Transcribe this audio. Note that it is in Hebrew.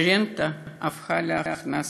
שהרנטה הפכה להכנסה.